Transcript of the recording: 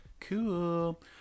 cool